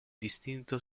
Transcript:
distinto